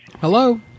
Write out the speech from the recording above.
Hello